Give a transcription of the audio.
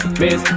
miss